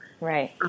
Right